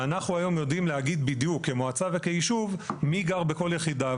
ואנחנו היום יודעים להגיד בדיוק כמועצה וכיישוב מי גר בכל יחידה.